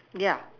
yeah